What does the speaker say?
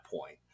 point